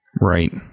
Right